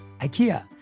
IKEA